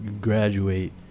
graduate